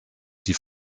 die